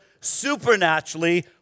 supernaturally